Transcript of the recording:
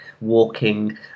walking